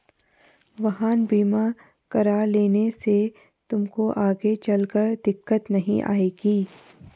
वाहन बीमा करा लेने से तुमको आगे चलकर दिक्कत नहीं आएगी